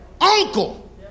Uncle